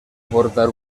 portar